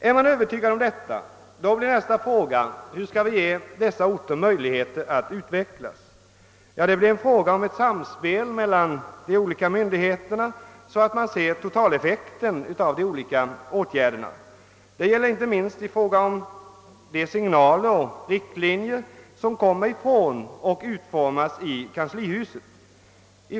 Är man övertygad om detta blir nästa fråga: Hur skall vi ge dessa orter möjligheter att utvecklas? För det krävs ett samspel mellan de olika myndigheterna, så att man ser totaleffekten av skilda åtgärder. Detta gäller inte minst i fråga om de signaler och riktlinjer som kommer från och utformas i kanslihuset.